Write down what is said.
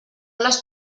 les